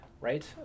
right